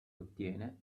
ottiene